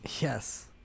yes